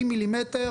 40 מילימטר,